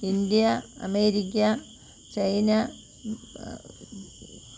India America China